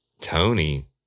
Tony